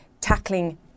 tackling